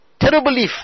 terribly